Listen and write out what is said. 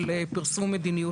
של פרסום מדיניות השר.